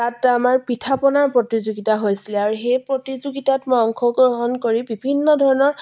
তাত আমাৰ পিঠা পনাৰ প্ৰতিযোগিতা হৈছিলে আৰু সেই প্ৰতিযোগিতাত মই অংশগ্ৰহণ কৰি বিভিন্ন ধৰণৰ